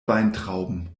weintrauben